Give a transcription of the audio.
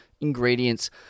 ingredients